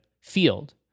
field